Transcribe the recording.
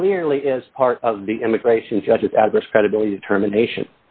clearly is part of the immigration judges address credibility determination